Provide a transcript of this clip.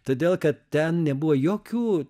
todėl kad ten nebuvo jokių